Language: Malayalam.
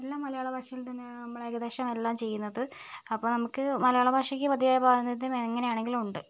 എല്ലാം മലയാള ഭാഷയിൽ തന്നെയാണ് നമ്മൾ ഏകദേശം എല്ലാം ചെയ്യുന്നത് അപ്പോൾ നമുക്ക് മലയാള ഭാഷയ്ക്ക് മതിയായ പ്രാതിനിധ്യം എങ്ങനെയാണെങ്കിലു ഉണ്ട്